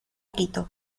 quito